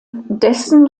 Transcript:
dessen